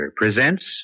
presents